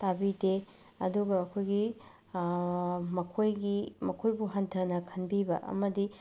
ꯇꯥꯕꯤꯗꯦ ꯑꯗꯨꯒ ꯑꯩꯈꯣꯏꯒꯤ ꯃꯈꯣꯏꯒꯤ ꯃꯈꯣꯏꯕꯨ ꯍꯟꯊꯅ ꯈꯟꯕꯤꯕ ꯑꯃꯗꯤ